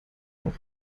auch